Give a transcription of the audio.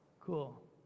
cool